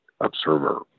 observer